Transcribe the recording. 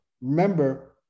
remember